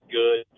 good